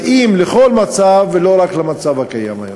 כדי שהוא יתאים לכל מצב, ולא רק למצב הקיים היום.